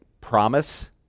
promise